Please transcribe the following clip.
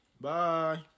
Bye